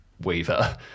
Weaver